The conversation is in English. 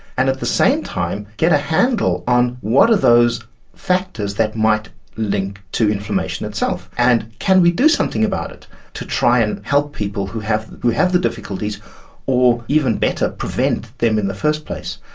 and at the same time get a handle on what are those factors that might link to inflammation itself. and can we do something about it to try and help people who have who have the difficulties or, even better, prevent them in the first place.